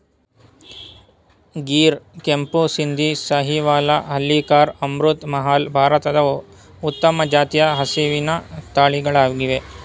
ಗಿರ್, ಕೆಂಪು ಸಿಂಧಿ, ಸಾಹಿವಾಲ, ಹಳ್ಳಿಕಾರ್, ಅಮೃತ್ ಮಹಲ್, ಭಾರತದ ಉತ್ತಮ ಜಾತಿಯ ಹಸಿವಿನ ತಳಿಗಳಾಗಿವೆ